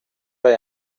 why